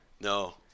No